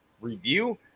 review